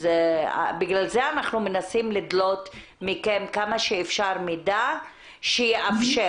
בגלל זה אנחנו מנסים לדלות מכם כמה שאפשר מידע שיאפשר.